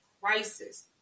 crisis